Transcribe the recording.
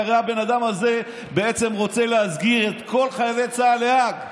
הרי הבן אדם הזה בעצם רוצה להסגיר את כל חיילי צה"ל להאג.